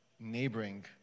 neighboring